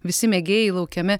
visi mėgėjai laukiami